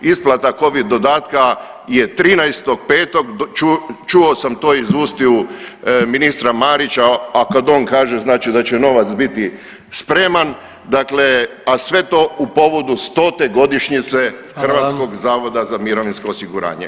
Isplata covid dodatka je 13.5. čuo sam to iz ustiju ministra Marića, a kad on kaže znači da će novac biti spreman dakle a sve to u povodu stote godišnjice Hrvatskog zavoda za mirovinsko osiguranje.